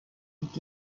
und